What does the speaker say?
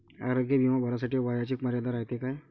आरोग्य बिमा भरासाठी वयाची मर्यादा रायते काय?